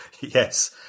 Yes